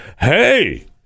hey